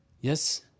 Yes